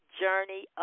journey